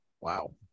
Wow